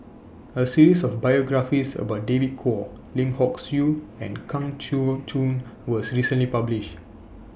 A series of biographies about David Kwo Lim Hock Siew and Kang Siong Joo was recently published